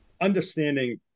understanding